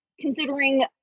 considering